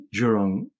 Jurong